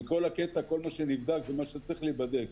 כל מה שנבדק וכל מה שצריך להיבדק